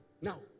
Now